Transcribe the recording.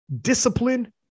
discipline